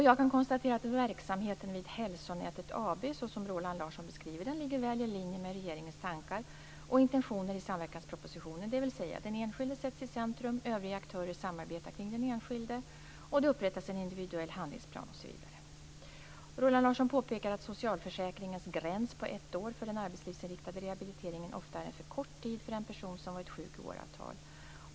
Jag kan konstatera att verksamheten vid Hälsonätet AB, som Roland Larsson beskriver den, ligger väl i linje med regeringens tankar och intentioner i samverkanspropositionen, dvs. den enskilde sätts i centrum, övriga aktörer samarbetar kring den enskilde, det upprättas en individuell handlingsplan osv. Roland Larsson påpekar att socialförsäkringens gräns på ett år för den arbetslivsinriktade rehabiliteringen ofta är en för kort tid för en person som varit sjuk i åratal.